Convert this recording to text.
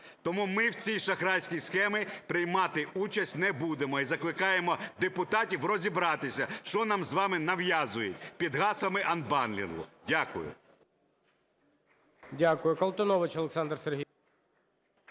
Тому ми в цій шахрайській схемі приймати участь не будемо і закликаємо депутатів розібратися, що нам з вами нав'язують під гаслами анбандлінгу. Дякую.